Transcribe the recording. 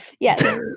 Yes